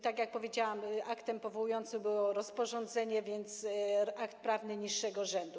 Tak jak powiedziałam, aktem powołującym było rozporządzenie, więc akt prawny niższego rzędu.